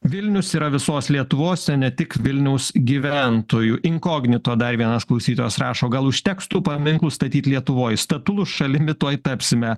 vilnius yra visos lietuvos ne tik vilniaus gyventojų inkognito dar vienas klausytojas rašo gal užteks tų paminklų statyt lietuvoj statulų šalimi tuoj tapsime